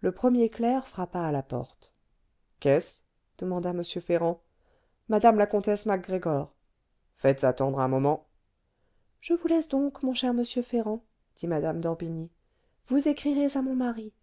le premier clerc frappa à la porte qu'est-ce demanda m ferrand mme la comtesse mac gregor faites attendre un moment je vous laisse donc mon cher monsieur ferrand dit mme d'orbigny vous écrirez à mon mari